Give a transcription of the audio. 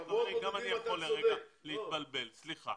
חברים, גם אני יכול לרגע להתבלבל, סליחה.